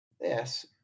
Yes